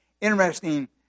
interesting